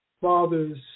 fathers